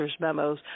memos